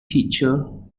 teacher